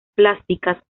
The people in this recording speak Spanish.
plásticas